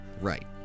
Right